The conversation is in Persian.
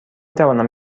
توانم